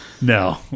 No